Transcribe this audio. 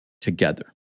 together